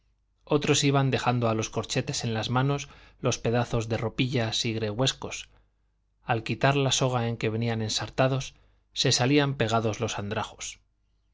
otros iban dejando a los corchetes en las manos los pedazos de ropillas y gregüescos al quitar la soga en que venían ensartados se salían pegados los andrajos